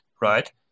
right